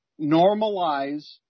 Normalize